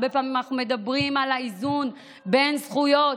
הרבה פעמים אנחנו מדברים על האיזון בין זכויות.